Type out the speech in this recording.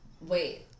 Wait